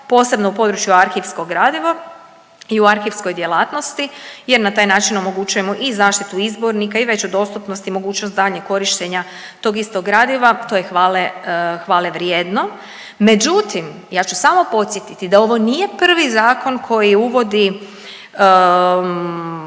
posebno u području arhivskog gradivo i u arhivskoj djelatnosti jer na taj način omogućujemo i zaštitu izbornika i veću dostupnost i mogućnost daljnjeg korištenja tog istog gradiva, to je hvalevrijedno. Međutim, ja ću samo podsjetiti da da ovo nije prvi zakon koji uvodi